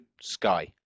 Sky